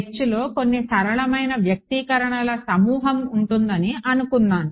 Hలో కొన్ని సరళమైన వ్యక్తీకరణల సమూహం ఉంటుందని అనుకున్నాను